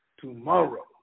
tomorrow